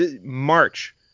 March